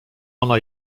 ona